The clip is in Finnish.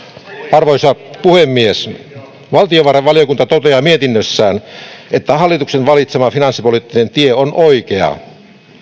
arvoisa puhemies valtiovarainvaliokunta toteaa mietinnössään että hallituksen valitsema finanssipoliittinen tie on oikea